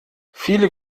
viele